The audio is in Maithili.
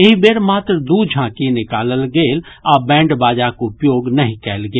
एहि बेर मात्र दू झांकी निकालल गेल आ बैंड बाजाक उपयोग नहि कयल गेल